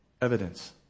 evidence